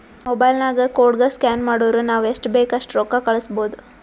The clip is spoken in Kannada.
ಮೊಬೈಲ್ ನಾಗ್ ಕೋಡ್ಗ ಸ್ಕ್ಯಾನ್ ಮಾಡುರ್ ನಾವ್ ಎಸ್ಟ್ ಬೇಕ್ ಅಸ್ಟ್ ರೊಕ್ಕಾ ಕಳುಸ್ಬೋದ್